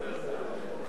מוותר.